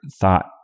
thought